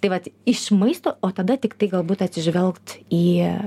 tai vat iš maisto o tada tiktai galbūt atsižvelgt į